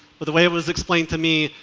but the way it was explained to me,